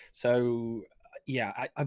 so yeah, um